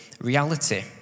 reality